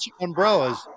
umbrellas